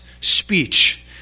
Speech